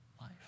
life